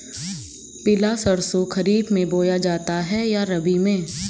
पिला सरसो खरीफ में बोया जाता है या रबी में?